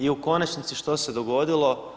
I u konačnici, što se dogodilo?